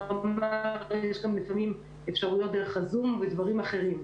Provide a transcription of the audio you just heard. יש גם לפעמים אפשרויות דרך הזום ודברים אחרים.